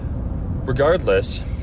Regardless